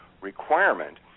requirement